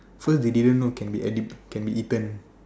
first they didn't know can be edib~ can be eaten